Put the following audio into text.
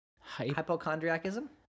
Hypochondriacism